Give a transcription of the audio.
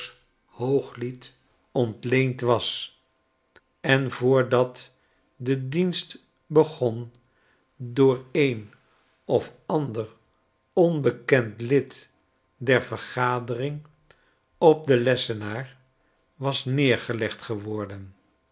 hooglied ontleend was en voordat den dienst begon door een of ander onbekend lid der vergadering op den lessenaar was neergelegd geworden